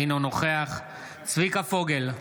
אינו נוכח צביקה פוגל,